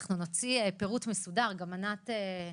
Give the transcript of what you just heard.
אנחנו נוציא פירוט מסודר, ענת כהן